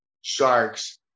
sharks